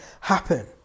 happen